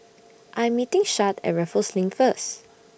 I Am meeting Shad At Raffles LINK First